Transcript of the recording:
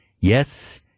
Yes